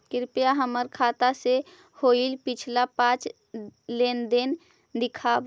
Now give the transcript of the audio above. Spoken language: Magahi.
कृपा हमर खाता से होईल पिछला पाँच लेनदेन दिखाव